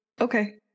okay